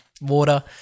water